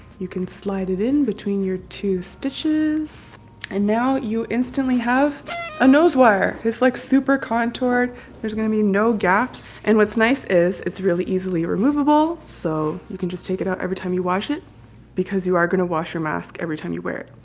you can slide it in between your two stitches and now you instantly have a nose wire. it's like super contoured there's going to be no gaps and what's nice is it's really easily removable so you can just take it out every time you wash it because you are gonna wash your mask everytime you wear it.